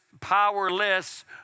powerless